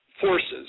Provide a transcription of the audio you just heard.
forces